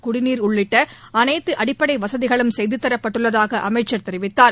குடிநீர் உள்பட அனைத்து அடிப்படை வசதிகளும் செய்து தரப்பட்டுள்ளதாக அமைச்சர் தெரிவித்தார்